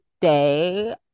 day